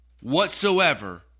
Whatsoever